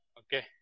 okay